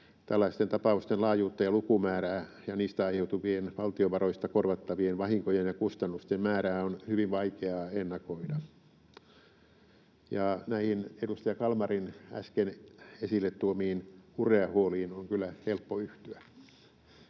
Tällaisten tapausten laajuutta ja lukumäärää ja niistä aiheutuvien valtionvaroista korvattavien vahinkojen ja kustannusten määrää on hyvin vaikeaa ennakoida. Ja näihin edustaja Kalmarin äsken esille tuomiin ureahuoliin on kyllä helppo yhtyä.